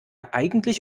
eigentlich